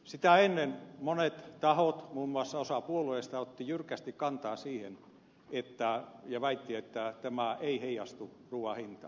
sitä ennen monet tahot muun muassa osa puolueista otti jyrkästi kantaa siihen ja väitti että tämä ei heijastu ruuan hintaan